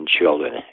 children